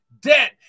debt